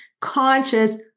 conscious